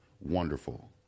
Wonderful